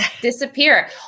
disappear